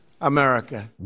America